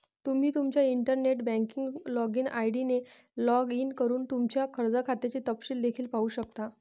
तुम्ही तुमच्या internet banking login ID ने लॉग इन करून तुमच्या कर्ज खात्याचे तपशील देखील पाहू शकता